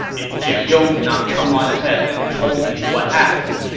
if jian yong had not come on ahead and told me what happened,